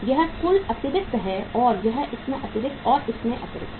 यह कुल अतिरिक्त है और यह इसमें अतिरिक्त और इसमें अतिरिक्त